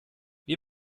wir